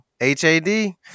H-A-D